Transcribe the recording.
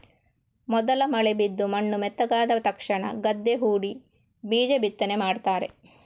ಮೊದಲ ಮಳೆ ಬಿದ್ದು ಮಣ್ಣು ಮೆತ್ತಗಾದ ತಕ್ಷಣ ಗದ್ದೆ ಹೂಡಿ ಬೀಜ ಬಿತ್ತನೆ ಮಾಡ್ತಾರೆ